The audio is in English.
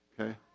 Okay